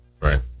Right